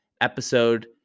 episode